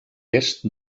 est